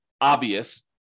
obvious